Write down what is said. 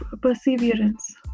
perseverance